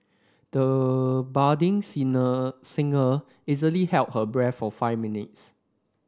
the budding singer singer easily held her breath for five minutes